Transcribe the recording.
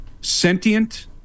sentient